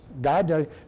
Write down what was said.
God